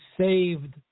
saved